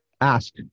ask